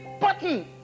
button